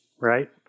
right